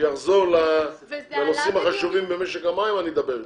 שיחזור לנושאים החשובים במשק המים, אני אדבר אתכם.